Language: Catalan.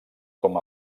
com